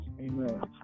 Amen